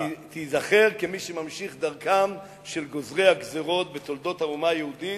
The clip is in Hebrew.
תיזכר כמי שממשיך את דרכם של גוזרי הגזירות בתולדות האומה היהודית,